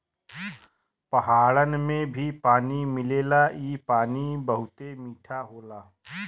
पहाड़न में भी पानी मिलेला इ पानी बहुते मीठा होला